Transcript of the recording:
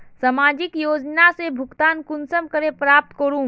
सामाजिक योजना से भुगतान कुंसम करे प्राप्त करूम?